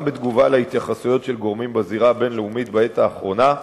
גם בתגובה להתייחסויות של גורמים בזירה הבין-לאומית בעת האחרונה,